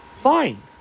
fine